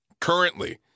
currently